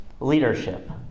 leadership